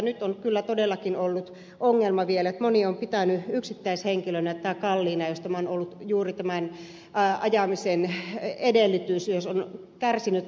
nyt on kyllä todellakin ollut ongelma vielä että moni on pitänyt yksittäishenkilönä tätä kalliina jos tämä on ollut juuri tämän ajamisen edellytys jos on kärsinyt jo rattijuoppoustuomion